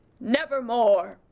nevermore